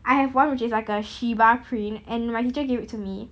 I have [one] which is like a shiba print and my teacher gave it to me